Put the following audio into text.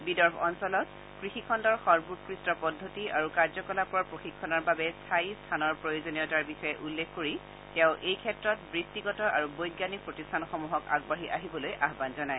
বিদৰ্ভ অঞ্চলত কৃষিখণ্ডৰ সৰ্বোৎকৃষ্ট পদ্ধতি আৰু কাৰ্যকলাপৰ প্ৰশিক্ষণৰ বাবে স্বায়ী স্থানৰ প্ৰয়োজনীয়তাৰ বিষয়ে উল্লেখ কৰি তেওঁ এই ক্ষেত্ৰত বৃত্তিগত আৰু বৈজ্ঞানিক প্ৰতিষ্ঠানসমূহক আগবাঢ়ি আহিবলৈ আহান জনায়